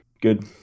Good